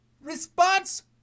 response